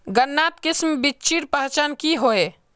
गन्नात किसम बिच्चिर पहचान की होय?